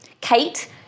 Kate